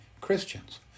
Christians